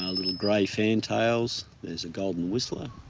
ah little grey fantails, there's a golden whistler.